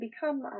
become